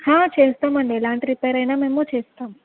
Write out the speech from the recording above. చేస్తాము అండి ఎలాంటి రిపేర్ అయినా మేము చేస్తాము